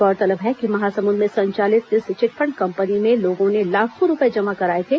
गौरतलब है कि महासमुद में संचालित इस चिटफंड कंपनी में लोगों ने लाखों रुपये जमा कराये थे